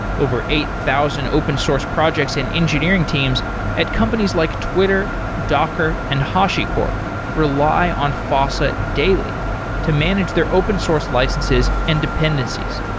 over eight thousand open source projects and engineering teams at companies like twitter, docker and hashicorp rely on fossa daily to manage their open source licenses and dependencies.